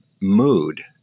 mood